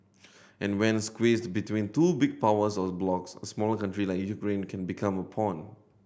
and when squeezed between two big powers or blocs a smaller country like Ukraine can became a pawn